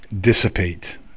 dissipate